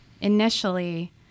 initially